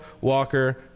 Walker